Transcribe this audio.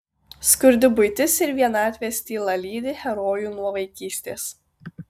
skurdi buitis ir vienatvės tyla lydi herojų nuo vaikystės